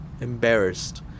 embarrassed